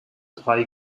drei